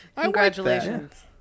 Congratulations